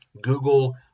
Google